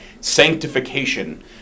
sanctification